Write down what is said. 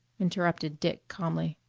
interrupted dick calmly.